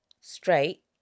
straight